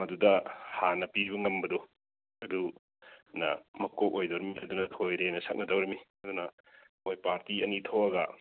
ꯃꯗꯨꯗ ꯍꯥꯟꯅ ꯄꯤꯕ ꯉꯝꯕꯗꯣ ꯑꯗꯨꯅ ꯃꯀꯣꯛ ꯑꯣꯏꯔꯤꯕ ꯃꯤꯈꯩꯗꯨꯅ ꯊꯣꯏꯔꯦꯅ ꯁꯛꯅꯗꯣꯔꯤꯕꯅꯤ ꯑꯗꯨꯅ ꯃꯈꯣꯏ ꯄꯥꯔꯇꯤ ꯑꯅꯤ ꯊꯣꯛꯂꯒ